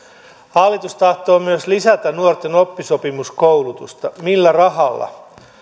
hallitus tahtoo myös lisätä nuorten oppisopimuskoulutusta millä rahalla